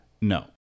no